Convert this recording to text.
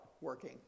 working